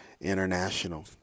international